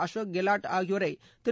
அசோக் கெல்லாட் ஆகியோரை திரு